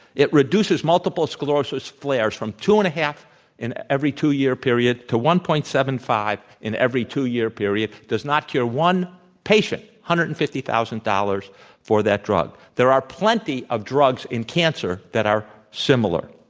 it reduces multiple sclerosis flares from two and a half in every two-year period to one point seventy five in every two-year period, does not cure one patient, one hundred and fifty thousand dollars for that drug. there are plenty of drugs in cancer that are similar.